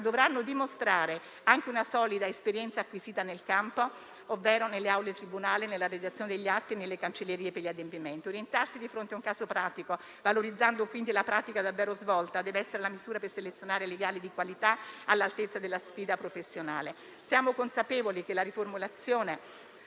dovranno dimostrare anche una solida esperienza acquisita sul campo, ovvero nelle aule dei tribunali e nella redazione degli atti nelle cancellerie, per gli adempimenti. Orientarsi di fronte a un caso pratico, valorizzando quindi la pratica davvero svolta, deve essere la misura per selezionare legali di qualità, all'altezza della sfida professionale. Siamo consapevoli che la riformulazione